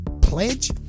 pledge